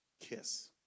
Kiss